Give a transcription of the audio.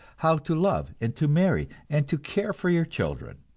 how to love and to marry and to care for your children,